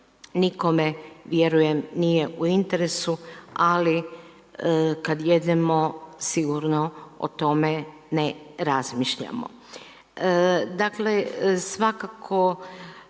nikome vjerujem nije u interesu, ali kada jedemo sigurno o tome ne razmišljamo. Svakako